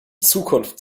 zukunft